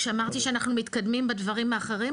כשאמרתי שאנחנו מתקדמים בדברים האחרים,